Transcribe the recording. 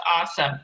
awesome